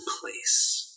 place